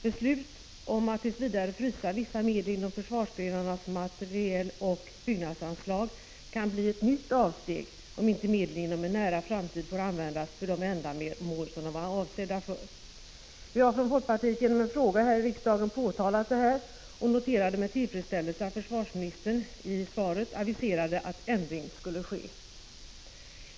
Beslut om att tills vidare frysa vissa medel inom försvarsgrenarnas materieloch byggnadsanslag kan bli ett nytt avsteg, om inte medlen inom en nära framtid får användas för de ändamål som de är avsedda för. Vi har från folkpartiet genom en fråga här i riksdagen påtalat detta och noterade med tillfredsställelse att försvarsministern i svaret aviserade att ändring skulle ske.